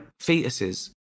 fetuses